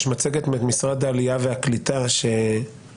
יש מצגת של משרד העלייה והקליטה שהמפה